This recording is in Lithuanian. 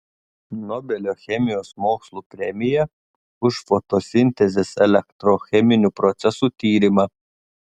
nobelio chemijos mokslų premija už fotosintezės elektrocheminių procesų tyrimą